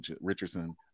Richardson